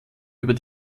über